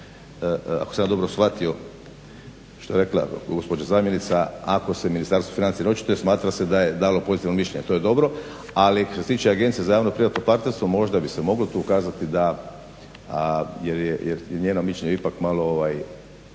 ako sam ja dobro shvatio što je rekla gospođa zamjenica ako se Ministarstvo financija, jer očito smatra se da je dalo pozitivno mišljenje, a to je dobro, ali što se tiče Agencije za javno-privatno partnerstvo možda bi se moglo tu kazati da jer je njeno mišljenje ipak malo